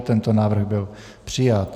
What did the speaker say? Tento návrh byl přijat.